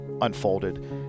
unfolded